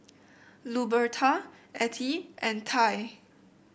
Luberta Attie and Ty